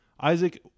Isaac